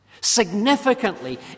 Significantly